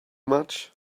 much